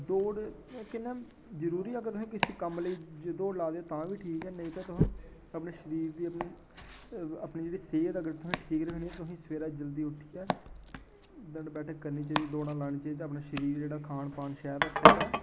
दौड़ इक इं'या जरूरी अगर तुसें किसे कम्म लेई दौड़ ला दे तां बी ठीक ऐ नेईं ते तुस अपने शरीर दी अपनी अपनी जेह्ड़ी सेह्त ऐ ठीक रखनी ऐ तुसें सबैह्रे जल्दी उठियै डंड बैठक करनी चाहिदी दौड़ां लानी चाहिदा ते अपना शरीर जेह्ड़ा खान पान शैल रक्खो ते